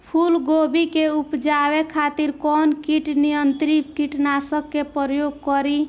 फुलगोबि के उपजावे खातिर कौन कीट नियंत्री कीटनाशक के प्रयोग करी?